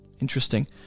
Interesting